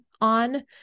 on